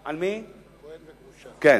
כן.